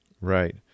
Right